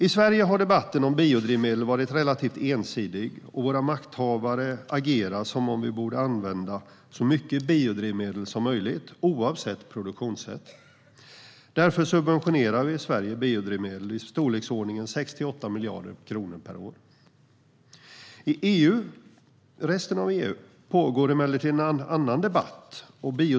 I Sverige har debatten om biodrivmedel varit relativt ensidig, och våra makthavare agerar som om vi borde använda så mycket biodrivmedel som möjligt, oavsett produktionssätt. Därför subventionerar vi i Sverige biodrivmedlen med i storleksordningen 6-8 miljarder kronor per år. I resten av EU pågår emellertid en annan debatt.